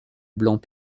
blanc